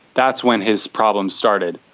that's when his problem started,